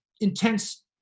intense-